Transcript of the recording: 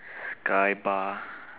sky bar